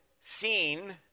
seen